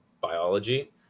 biology